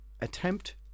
attempt